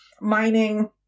mining